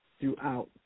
throughout